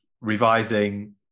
revising